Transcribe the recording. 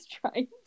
trying